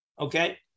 Okay